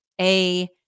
A-